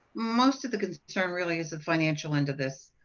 most of the concern really is the financial end of this.